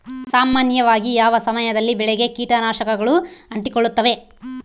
ಸಾಮಾನ್ಯವಾಗಿ ಯಾವ ಸಮಯದಲ್ಲಿ ಬೆಳೆಗೆ ಕೇಟನಾಶಕಗಳು ಅಂಟಿಕೊಳ್ಳುತ್ತವೆ?